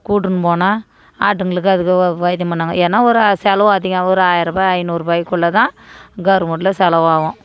கூட்டின்னு போனால் ஆட்டுங்களுக்கும் அதுக்கு வ வைத்தியம் பண்ணுவாங்க எதுனா ஒரு செலவு அதிகம் ஒரு ஆயிரபா ஐநூறுபாய்க்குள்ள தான் கவுர்மண்ட்டில் செலவு ஆகும்